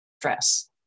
stress